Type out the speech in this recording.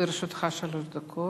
בבקשה, לרשותך שלוש דקות.